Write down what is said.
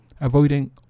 Avoiding